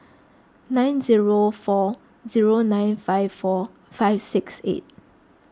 nine zero four zero nine five four five six eight